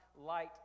light